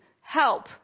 help